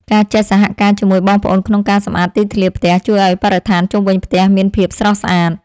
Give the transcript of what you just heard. ការចេះសហការជាមួយបងប្អូនក្នុងការសម្អាតទីធ្លាផ្ទះជួយឱ្យបរិស្ថានជុំវិញផ្ទះមានភាពស្រស់ស្អាត។